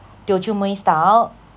teochew mui style